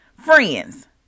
friends